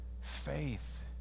faith